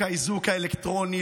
צריך להתבייש להקריא שמות של נרצחות,